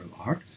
art